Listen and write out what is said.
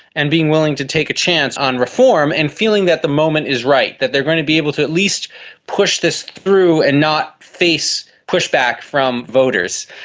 and being willing to take a chance on reform and feeling that the moment is right, that they are going to be able to at least push this through and not face pushback from voters.